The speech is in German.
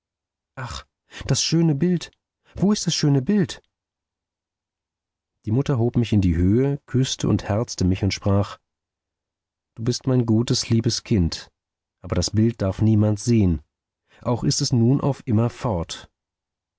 ach das schöne bild wo ist das schöne bild die mutter hob mich in die höhe küßte und herzte mich und sprach du bist mein gutes liebes kind aber das bild darf niemand sehen auch ist es nun auf immer